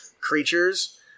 creatures